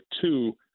two